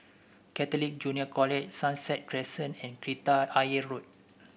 Catholic Junior College Sunset Crescent and Kreta Ayer Road